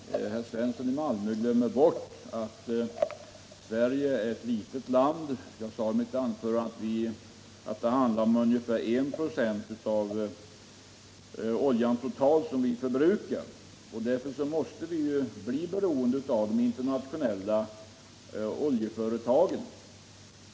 Herr talman! Herr Svensson i Malmö glömmer bort att Sverige är ett litet land. Jag sade i mitt anförande att det handlar om ungefär 1 96 av den olja vi totalt förbrukar. Därför måste vi bli beroende av de internationella oljeföretagen.